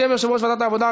בשם יושב-ראש ועדת העבודה,